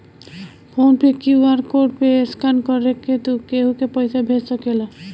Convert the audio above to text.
phone पे QR code के scan करके तू केहू के पईसा भेज सकेला